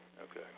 Okay